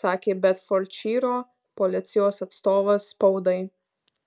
sakė bedfordšyro policijos atstovas spaudai